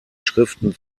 schriften